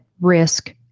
risk